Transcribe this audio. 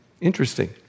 Interesting